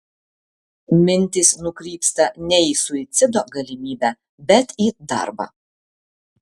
mintys nukrypsta ne į suicido galimybę bet į darbą